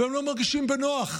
והם לא מרגישים בנוח.